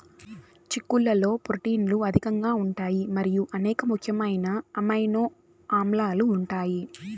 చిక్కుళ్లలో ప్రోటీన్లు అధికంగా ఉంటాయి మరియు అనేక ముఖ్యమైన అమైనో ఆమ్లాలు ఉంటాయి